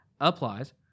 applies